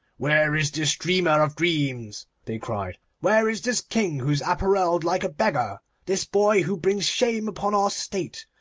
where is this dreamer of dreams they cried. where is this king who is apparelled like a beggar this boy who brings shame upon our state?